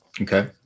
okay